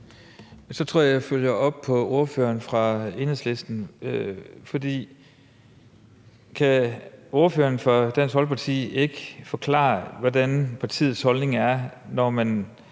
Så tror jeg, at jeg følger op på det, ordføreren fra Enhedslisten spurgte til. For kan ordføreren fra Dansk Folkeparti ikke forklare, hvad partiets holdning er, når man